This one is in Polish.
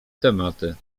tematy